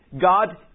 God